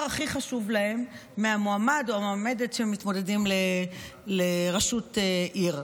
הכי חשוב להם אצל המועמד או המועמדת שמתמודדים לראשות עיר.